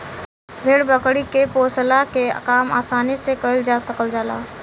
भेड़ बकरी के पोसला के काम आसानी से कईल जा सकल जाला